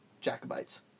Jacobites